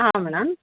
ಹಾಂ ಮೇಡಮ್